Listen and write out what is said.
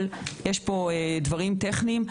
ויש פה דברים טכניים.